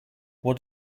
what